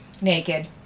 naked